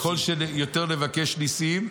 ככל שיותר נבקש ניסים,